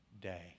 day